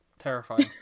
Terrifying